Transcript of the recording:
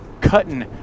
cutting